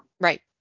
Right